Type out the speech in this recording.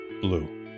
blue